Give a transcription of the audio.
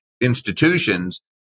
institutions